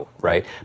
Right